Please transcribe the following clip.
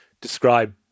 describe